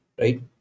right